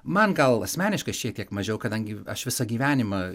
man gal asmeniškai šiek tiek mažiau kadangi aš visą gyvenimą